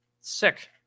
sick